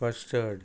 custard